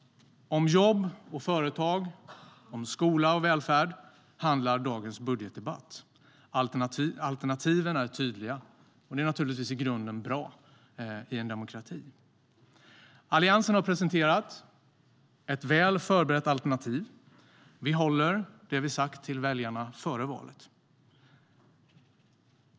Om jobb och företag och om skola och välfärd handlar dagens budgetdebatt. Alternativen är tydliga. Och det är faktiskt i grunden bra i en demokrati. Alliansen har presenterat ett väl förberett alternativ. Vi håller det vi har sagt till väljarna före valet.